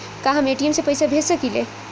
का हम ए.टी.एम से पइसा भेज सकी ले?